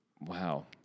Wow